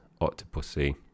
Octopussy